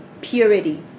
purity